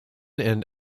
and